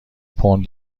پوند